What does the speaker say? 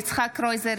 (קוראת בשמות חברי הכנסת) יצחק קרויזר,